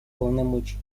полномочий